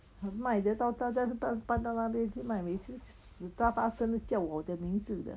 很卖的 then 逗大家搬到去那边卖每次死大大声就叫我的名字的